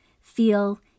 feel